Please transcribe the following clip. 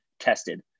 tested